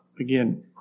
again